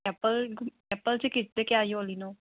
ꯑꯦꯄꯜꯁꯤ ꯀꯦꯖꯤꯗ ꯀꯌꯥ ꯌꯣꯜꯂꯤ